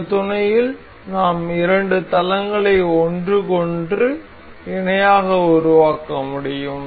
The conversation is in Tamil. இந்த துணையில் நாம் இரண்டு தளங்களை ஒன்றுக்கொண்று இணையாக உருவாக்க முடியும்